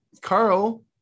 Carl